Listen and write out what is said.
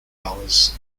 hours